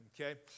okay